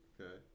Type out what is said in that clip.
Okay